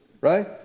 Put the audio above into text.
right